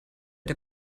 der